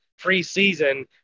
preseason